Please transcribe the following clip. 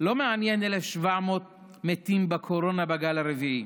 לא מעניינים 1,700 מתים מקורונה בגל הרביעי,